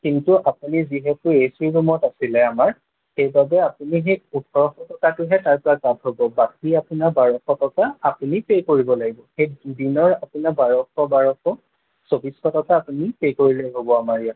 কিন্তু আপুনি যিহতু এচি ৰুমত আছিলে আমাৰ সেইবাবে আপুনি সেই ওঠৰশ টকাটোহে তাৰ পৰা কাট হ'ব বাকী আপোনাৰ বাৰশ টকা আপুনি পে' কৰিব লাগিব সেই দুদিনৰ আপোনাৰ বাৰশ বাৰশ চৌবিছশ টকা আপুনি পে' কৰিলে হ'ব আমাৰ ইয়াত